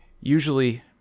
Usually